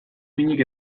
minik